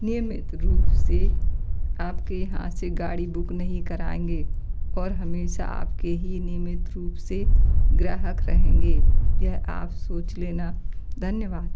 नियमित रूप से आप के यहाँ से गाड़ी बुक नहीं कराएंगे और हमेशा आप के ही नियमित रूप से ग्राहक रहेंगे यह आप सोच लेना धन्यवाद